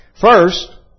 First